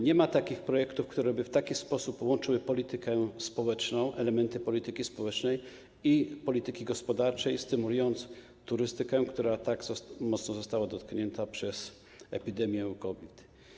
Nie ma takich projektów, które by w taki sposób łączyły elementy polityki społecznej i polityki gospodarczej, stymulując turystykę, która tak mocno została dotknięta przez epidemię COVID.